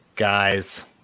Guys